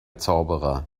zauberer